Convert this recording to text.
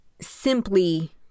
simply